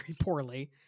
poorly